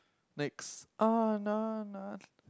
next